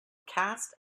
cast